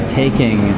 taking